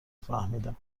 فهمیدم